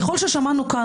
ככל ששמענו כאן,